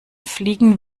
fliegen